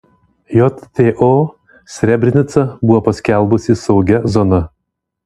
jto srebrenicą buvo paskelbusi saugia zona